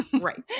right